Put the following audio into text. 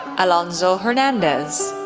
alonzo hernandez,